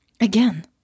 Again